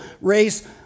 race